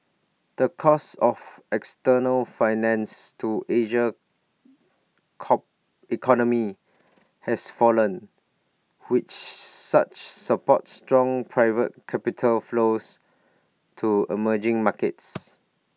the cost of external finance to Asian economy has fallen which such support strong private capital flows to emerging markets